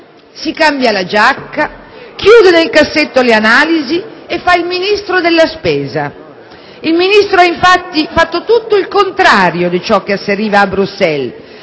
si cambia la giacca, chiude nel cassetto le analisi e fa il Ministro della spesa. Il Ministro ha, infatti, fatto tutto il contrario di ciò che asseriva a Bruxelles: